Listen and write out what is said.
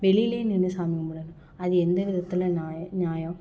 வெளியில நின்று சாமி கும்பிடணும் அது எந்த விதத்தில் நியாயம் நியாயம்